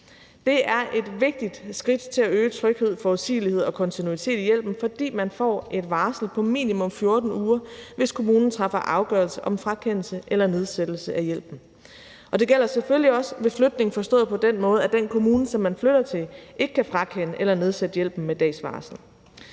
Det er et vigtigt skridt til at øge tryghed, forudsigelighed og kontinuitet i hjælpen, fordi man får et varsel på minimum 14 uger, hvis kommunen træffer afgørelse om frakendelse eller nedsættelse af hjælpen. Det gælder selvfølgelig også ved flytning, forstået på den måde, at den kommune, som man flytter til, ikke kan frakende eller nedsætte hjælpen med dags varsel.